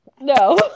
No